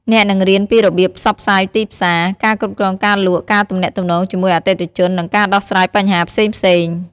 អ្នកនឹងរៀនពីរបៀបផ្សព្វផ្សាយទីផ្សារ ការគ្រប់គ្រងការលក់ ការទំនាក់ទំនងជាមួយអតិថិជន និងការដោះស្រាយបញ្ហាផ្សេងៗ។